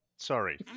Sorry